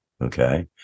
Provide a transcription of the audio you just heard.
okay